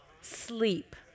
Sleep